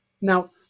Now